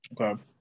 Okay